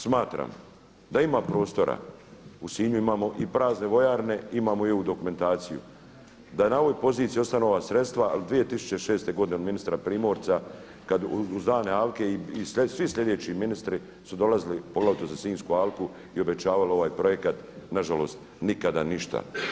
Smatram da ima prostora u Sinju imamo i prazne vojarne imamo i ovu dokumentaciju da na ovoj poziciji ostanu ova sredstva ali 2006. godine ministra Primorca kada uz dane alke i svi slijedeći ministri su dolazili poglavito za Sinjsku alku i obećavali ovaj projekat, nažalost nikada ništa.